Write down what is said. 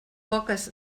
poques